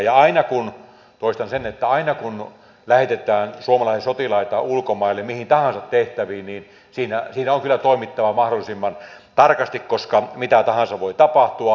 ja aina kun toistan sen lähetetään suomalaisia sotilaita ulkomaille mihin tahansa tehtäviin niin siinä on kyllä toimittava mahdollisimman tarkasti koska mitä tahansa voi tapahtua